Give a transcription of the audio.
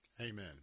Amen